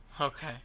Okay